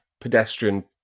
pedestrian